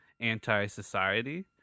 anti-society